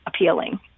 appealing